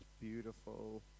beautiful